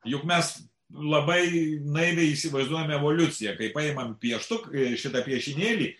juk mes labai naiviai įsivaizduojame evoliuciją kai paimam pieštukai šitą piešinėlį